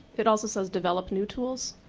it also says develop new tools.